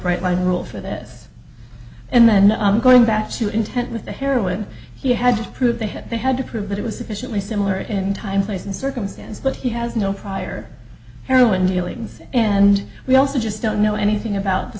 bright line rule for this and then going back to intent with the heroin he had to prove they had they had to prove that it was sufficiently similar in time place and circumstance but he has no prior heroin dealings and we also just don't know anything about the